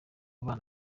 nabo